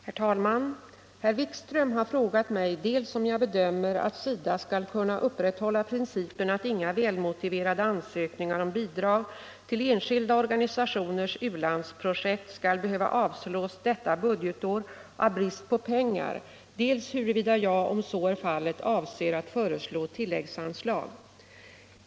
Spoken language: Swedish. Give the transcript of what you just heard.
Herr talman! Herr Wikström har frågat mig dels om jag bedömer att SIDA skall kunna upprätthålla principen att inga välmotiverade ansökningar om bidrag till enskilda organisationers u-landsprojekt skall behöva avslås detta budgetår av brist på pengar, dels huruvida jag, om så inte är fallet, avser att föreslå tilläggsanslag.